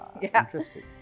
Interesting